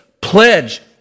pledge